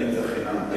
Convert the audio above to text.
אתן את זה חינם.